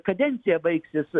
kadencija baigsis